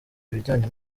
ibijyanye